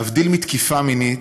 להבדיל מתקיפה מינית,